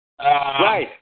Right